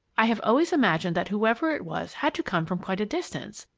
i have always imagined that whoever it was had to come from quite a distance,